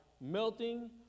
melting